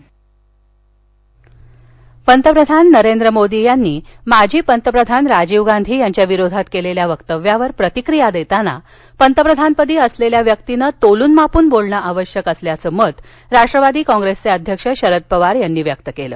सातारा पंतप्रधान नरेंद्र मोदी यांनी माजी पंतप्रधान राजीव गांधी यांच्या विरोधात केलेल्या वक्तव्यावर प्रतिक्रिया देताना पंतप्रधानपदी असलेल्या व्यक्तीनं तोलूनमापून बोलण आवश्यक असल्याचं मत राष्ट्रवादी काँप्रेसचे अध्यक्ष शरद पवार यांनी व्यक्त केलं